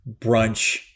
brunch